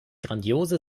grandiose